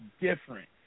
different